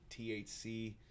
THC